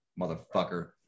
motherfucker